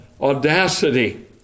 audacity